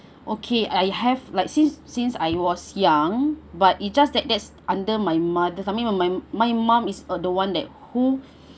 okay I have like since since I was young but it just that that's under my mother something that my my my mum is a the one that who